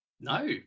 No